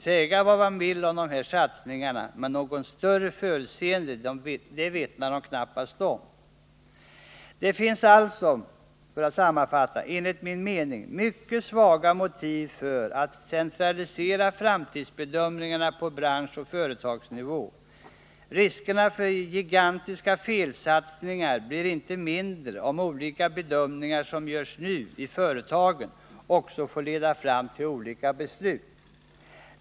Säga vad man vill om de satsningarna, men något större förutseende vittnar de knappast om. Det finns alltså, för att sammanfatta, enligt min mening mycket svaga motiv för att centralisera framtidsbedömningarna på branschoch företagsnivå. Riskerna för gigantiska felsatsningar blir inte mindre om de olika bedömningar som görs nu i företagen också får leda fram till olika beslut.